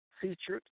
featured